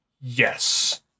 yes